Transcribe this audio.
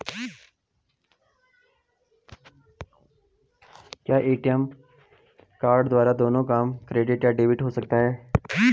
क्या ATM card द्वारा दोनों काम क्रेडिट या डेबिट हो सकता है?